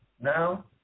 now